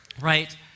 right